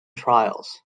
trials